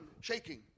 shaking